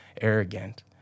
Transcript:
arrogant